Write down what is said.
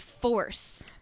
force